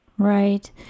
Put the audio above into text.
Right